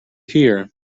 here